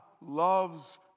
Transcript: loves